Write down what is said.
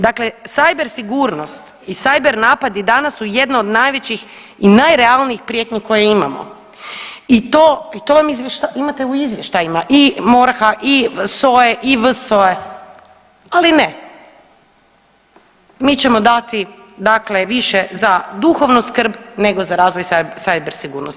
Dakle, cyber sigurnost i cyber napadi danas su jedno od najvećih i najrealnijih prijetnji koje imamo i to, i to imate u izvještajima i MORH-a i SOA-e i VSOA-e, ali ne mi ćemo dati dakle više za duhovnu skrb nego za razvoj cyber sigurnosti.